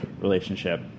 relationship